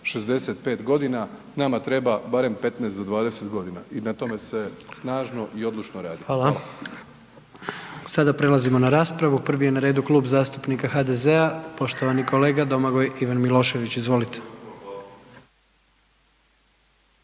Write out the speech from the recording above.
65 godina, nama treba barem 15 do 20 godina. I na tome se snažno i odlučno radi. **Jandroković, Gordan (HDZ)** Hvala. Sada prelazimo na raspravu. Prvi je na radu Klub zastupnika HDZ-a poštovani kolega Domagoj Ivan Milošević. Izvolite.